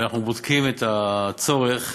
ואנחנו בודקים את הצורך